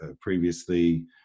previously